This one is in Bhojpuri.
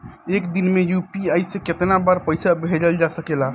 एक दिन में यू.पी.आई से केतना बार पइसा भेजल जा सकेला?